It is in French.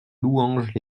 louanges